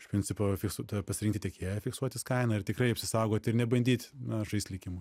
iš principo fi ta pasirinkti tiekėją fiksuotis kainą ir tikrai apsisaugot ir nebandyt na žaist likimu